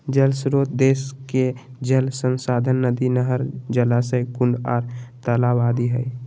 जल श्रोत देश के जल संसाधन नदी, नहर, जलाशय, कुंड आर तालाब आदि हई